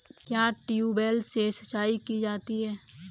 क्या ट्यूबवेल से सिंचाई की जाती है?